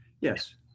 yes